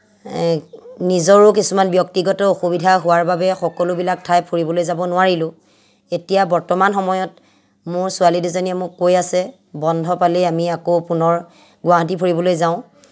নিজৰো কিছুমান ব্যক্তিগত অসুবিধা হোৱাৰ বাবে সকলোবিলাক ঠাই ফুৰিবলৈ যাব নোৱাৰিলোঁ এতিয়া বৰ্তমান সময়ত মোৰ ছোৱালী দুজনীয়ে মোক কৈ আছে বন্ধ পালেই আমি আকৌ পুনৰ গুৱাহাটী ফুৰিবলৈ যাওঁ